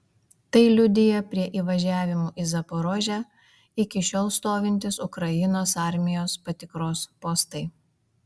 tai liudija prie įvažiavimų į zaporožę iki šiol stovintys ukrainos armijos patikros postai